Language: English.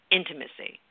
intimacy